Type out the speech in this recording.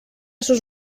sus